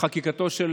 חקיקתו של